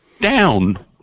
down